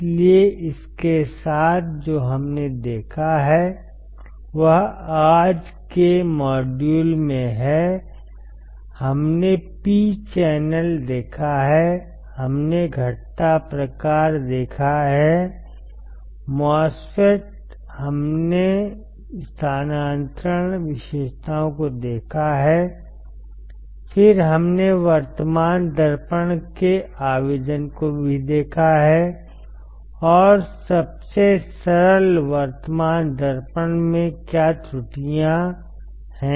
इसलिए इसके साथ जो हमने देखा है वह आज के मॉड्यूल में है हमने P चैनल देखा है हमने घटता प्रकार देखा है MOSFET हमने स्थानांतरण विशेषताओं को देखा है फिर हमने वर्तमान दर्पण के आवेदन को भी देखा है और सबसे सरल वर्तमान दर्पण में क्या त्रुटियां हैं